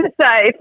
safe